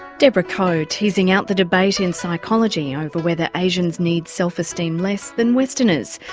deborah ko, teasing out the debate in psychology over whether asians need self-esteem less than westerners,